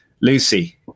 Lucy